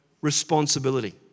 responsibility